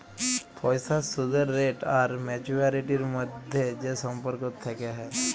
পইসার সুদের রেট আর ম্যাচুয়ারিটির ম্যধে যে সম্পর্ক থ্যাকে হ্যয়